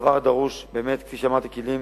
הדבר דורש כלים